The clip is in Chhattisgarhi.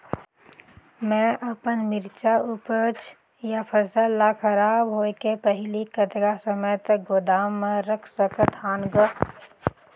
मैं अपन मिरचा ऊपज या फसल ला खराब होय के पहेली कतका समय तक गोदाम म रख सकथ हान ग?